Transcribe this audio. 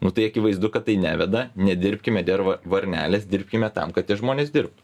nu tai akivaizdu kad tai neveda nedirbkime der va varnelės dirbkime tam kad tie žmonės dirbtų